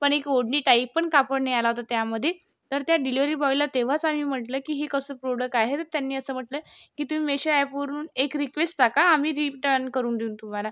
पण एक ओढणी टाइपपण कापड नाही आला होता त्यामधे तर त्या डिलिवरी बॉयला तेव्हाच आम्ही म्हटलं की ही कसं प्रोडक् आहे तर त्यांनी असं म्हटलं की तुमी मेशो अॅपवरून एक रिक्वेस्ट टाका आम्ही रिटर्न करून देऊन तुम्हाला